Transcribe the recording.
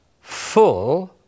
full